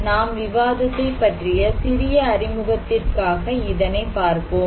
நாம் விவாதத்தை பற்றிய சிறிய அறிமுகத்திற்காக இதனை பார்ப்போம்